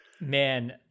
man